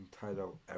title